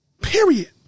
Period